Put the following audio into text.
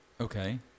Okay